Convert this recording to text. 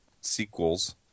sequels